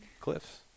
cliffs